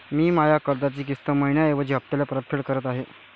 मी माया कर्जाची किस्त मइन्याऐवजी हप्त्याले परतफेड करत आहे